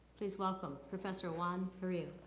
please welcome professor juan perilla.